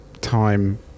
time